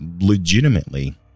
legitimately